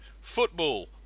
Football